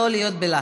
לא להיות בלחץ.